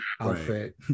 outfit